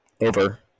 over